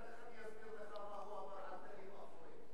אחר כך אני אסביר לך מה הוא אמר על תאים אפורים.